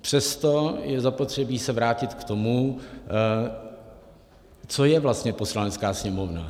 Přesto je zapotřebí se vrátit k tomu, co je vlastně Poslanecká sněmovna.